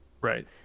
Right